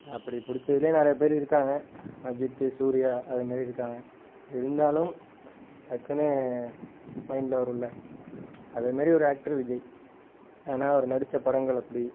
அப்படி பிடிச்சதுலயே நெறைய பேரு இருக்காங்க அஜித் சூர்யா அதுமாதிரி இருக்காங்க இருந்தாலும் டக்குன்னு மைண்டில் வருமில்ல அதே மாதிரி ஒரு ஆக்டரு விஜய் ஏன்னா அவர் நடித்த படங்கள் அப்படி